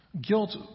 guilt